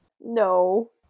No